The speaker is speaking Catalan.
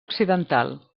occidental